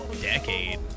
decade